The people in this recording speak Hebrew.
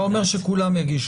אתה אומר שכולם יגישו.